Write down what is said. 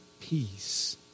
peace